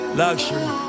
luxury